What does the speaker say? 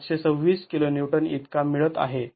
७२६ kN इतका मिळत आहे